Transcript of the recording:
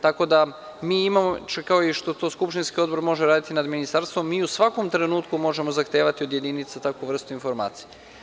Tako da mi imamo, kao što to skupštinski odbor može raditi nad Ministarstvom, mi u svakom trenutku možemo zahtevati od jedinica takvu vrstu informacije.